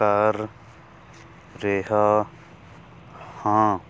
ਕਰ ਰਿਹਾ ਹਾਂ